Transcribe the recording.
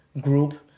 group